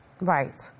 Right